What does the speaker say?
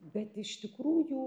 bet iš tikrųjų